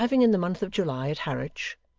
arriving in the month of july at harwich,